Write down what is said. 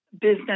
business